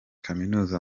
kaminuza